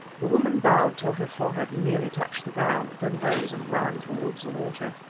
the woman bowed till her forehead nearly touched the ground, then rose and ran towards the water.